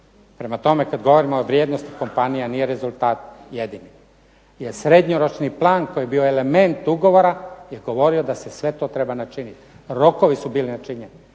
Prema tome, kad govorimo o vrijednosti kompanija, nije rezultat jedini. Jer srednjoročni plan koji je bio element ugovora je govorio da se sve to treba načiniti. Rokovi su bili načinjeni,